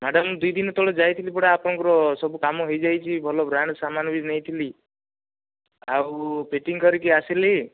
madam ଦୁଇ ଦିନ ତଳେ ଯାଇଥିଲି ପରା ଆପଣଙ୍କର ସବୁ କାମ ହୋଇଯାଇଛି ଭଲ ବ୍ରାଣ୍ଡ ସାମାନ ବି ନେଇଥିଲି ଆଉ ଫିଟିଙ୍ଗ କରିକି ଆସିଲି